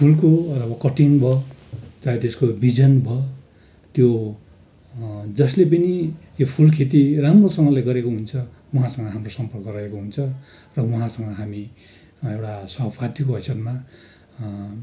फुलको अब कटिङ भयो चाहे त्यसको बिजन भयो त्यो जसले पनि यो फुल खेती राम्रोसँगले गरेको हुन्छ उहाँसँग हाम्रो सम्पर्क रहेको हुन्छ र उहाँहरूसँग हामी एउटा सहपाठीको हिसाबमा